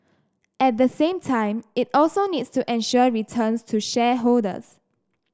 at the same time it also needs to ensure returns to shareholders